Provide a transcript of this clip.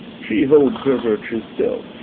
she holds her virtue still,